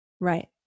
Right